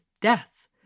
death